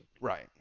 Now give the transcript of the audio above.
Right